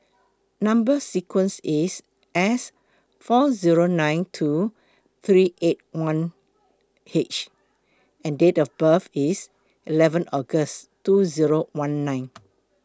Number sequence IS S four Zero nine two three eight one H and Date of birth IS eleven August two Zero one nine